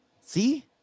See